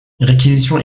réquisitions